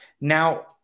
Now